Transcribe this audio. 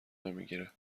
نمیگیره